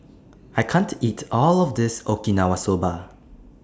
I can't eat All of This Okinawa Soba